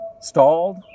stalled